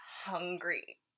hungry